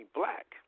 black